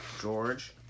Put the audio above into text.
George